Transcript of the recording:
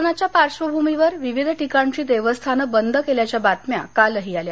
कोरोनाच्या पार्श्वभूमीवर विविध ठिकाणची देवस्थानं बंद केल्याच्या बातम्या कालही आल्या